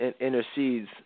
intercedes